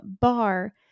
bar